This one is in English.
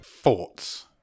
Thoughts